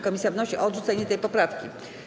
Komisja wnosi o odrzucenie tej poprawki.